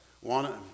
One